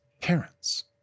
parents